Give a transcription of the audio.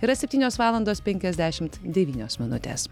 yra septynios valandos penkiasdešimt devynios minutės